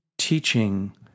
teaching